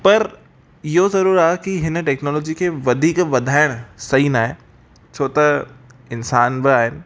पर इहो ज़रूर आहे की हिन टेक्नोलॉजी खे वधीक वधाइण सही न आहे छो त इन्सानु बि आहिनि